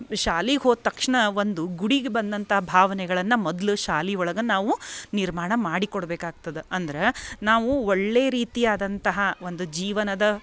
ಶಾಲಿಗೆ ಹೋದ ತಕ್ಷಣ ಒಂದು ಗುಡಿಗೆ ಬಂದಂತಹ ಭಾವನೆಗಳನ್ನ ಮೊದಲು ಶಾಲೆ ಒಳ್ಗೆ ನಾವು ನಿರ್ಮಾಣ ಮಾಡಿಕೊಡ್ಬೇಕು ಆಗ್ತದ ಅಂದ್ರೆ ನಾವು ಒಳ್ಳೆಯ ರೀತಿಯಾದಂತಹ ಒಂದು ಜೀವನದ